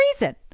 reason